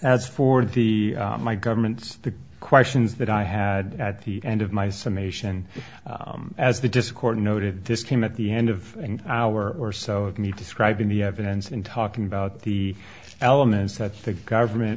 as for the my government the questions that i had at the end of my summation as the discord noted this came at the end of an hour or so of me describing the evidence in talking about the elements that said government